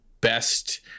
best